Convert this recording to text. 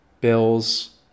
bills